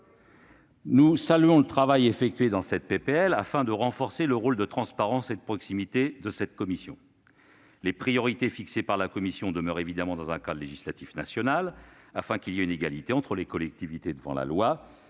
Nous saluons le travail effectué dans le cadre de cette proposition de loi pour renforcer la transparence et la proximité de cette commission. Les priorités fixées par la commission demeurent évidemment dans un cadre législatif national, afin qu'il y ait une égalité des collectivités devant la loi